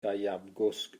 gaeafgwsg